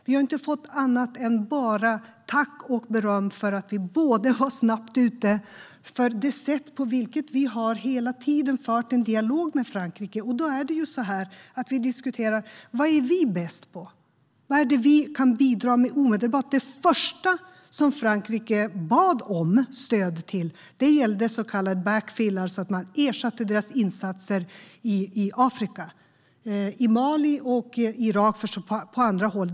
Vi har inte fått annat än tack och beröm, både för att vi var snabbt ute och för det sätt på vilket vi hela tiden har fört en dialog med Frankrike. Det är ju så att vi diskuterar vad vi är bäst på. Vad är det vi kan bidra med omedelbart? Det första Frankrike bad om när det gäller stöd var backfillers och att man ersatte landets insatser i Afrika - i Mali - och i Irak, liksom på andra håll.